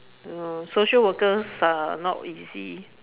I don't know social workers are not easy